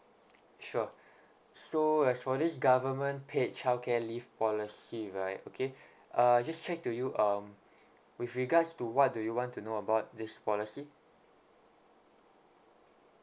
sure so as for this government paid childcare leave policy right okay uh just check to you um with regards to what do you want to know about this policy